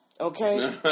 Okay